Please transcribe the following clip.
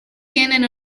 tienen